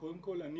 קודם כל,